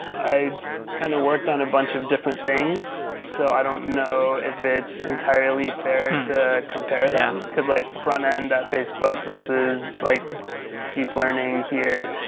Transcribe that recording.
i kind of worked on a bunch of different things, so i don't know if it's entirely fair to compare them, because like frontend at facebook versus like deep learning here.